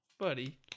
Buddy